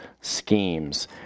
schemes